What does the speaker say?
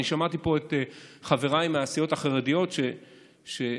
אני שמעתי פה את חבריי מהסיעות החרדיות שצועקים.